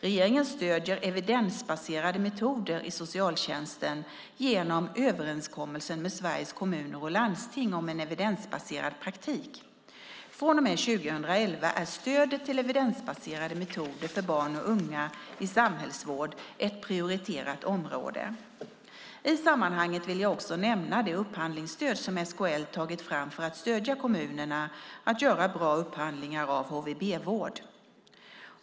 Regeringen stöder evidensbaserade metoder i socialtjänsten genom överenskommelsen med Sveriges Kommuner och Landsting om en evidensbaserad praktik. Från och med 2011 är stödet till evidensbaserade metoder för barn och unga i samhällsvård ett prioriterat område. I sammanhanget vill jag också nämna det upphandlingsstöd som SKL tagit fram för att stödja kommunerna att göra bra upphandlingar av HVB-vård.